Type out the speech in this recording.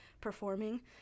performing